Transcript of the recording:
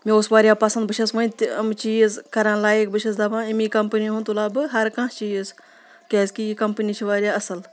مےٚ اوس واریاہ پَسنٛد بہٕ چھ س ؤنۍ تہِ یِم چیٖز کَران لایِک بہٕ چھس دَپان أمی کَمپٔنی ہُنٛد تُل ہَہ بہٕ ہَر کانٛہہ چیٖز کیازِکہِ یہِ کَمپٔنی چھِ واریاہ اَصٕل